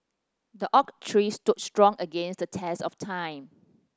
the oak tree stood strong against the test of time